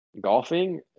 golfing